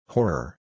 Horror